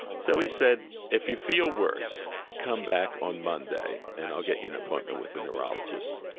so he said if you feel worse come back on monday and i'll get you an appointment with the neurologist.